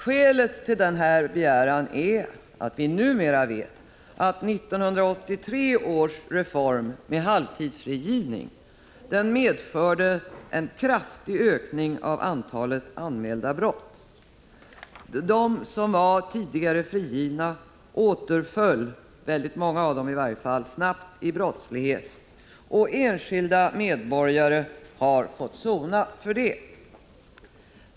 Skälet till denna begäran är att vi numera vet att 1983 års reform med halvtidsfrigivning medförde en kraftig ökning av antalet anmälda brott. De som var tidigare frigivna återföll — väldigt många av dem i varje fall — snabbt till brottslighet, och enskilda medborgare har fått sota för det.